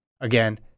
again